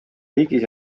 riigis